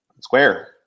Square